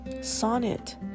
Sonnet